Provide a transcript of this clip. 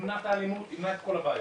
ימנע את האלימות, ימנע את כל הבעיות.